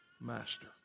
master